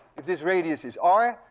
if this radius is r,